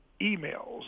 emails